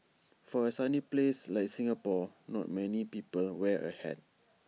for A sunny place like Singapore not many people wear A hat